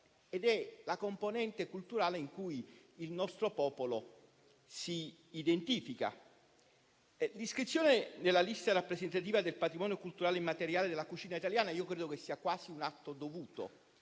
ed è la componente culturale in cui il nostro popolo si identifica. Credo che l'iscrizione nella lista rappresentativa del patrimonio culturale immateriale della cucina italiana sia quasi un atto dovuto;